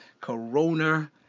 Corona